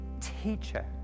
teacher